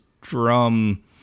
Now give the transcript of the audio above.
drum